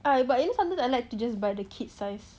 but you know sometimes I like to just buy the kid size